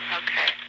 okay